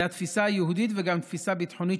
זו התפיסה היהודית וזו גם תפיסה ביטחונית,